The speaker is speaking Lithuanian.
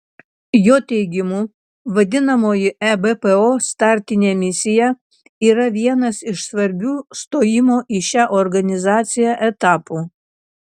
jo teigimu vadinamoji ebpo startinė misija yra vienas iš svarbių stojimo į šią organizaciją etapų